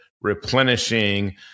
replenishing